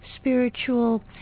spiritual